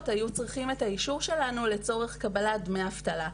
היו צריכות את האישור שלנו לצורך קבלת תשלום מדמי אבטלה.